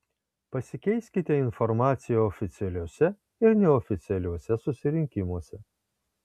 pasikeiskite informacija oficialiuose ir neoficialiuose susirinkimuose